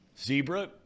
Zebra